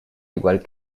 igual